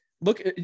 Look